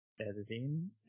Editing